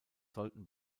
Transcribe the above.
sollten